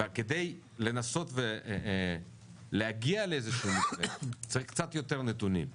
וכדי לנסות ולהגיע לאיזה שהוא מתווה צריך קצת יותר נתונים.